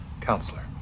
counselor